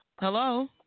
hello